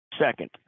Second